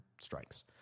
strikes